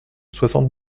soixante